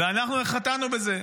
ואנחנו חטאנו בזה.